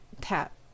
tap